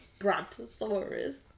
brontosaurus